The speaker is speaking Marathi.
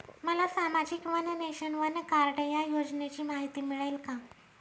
मला सामाजिक वन नेशन, वन कार्ड या योजनेची माहिती मिळेल का?